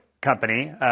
company